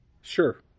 Sure